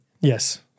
Yes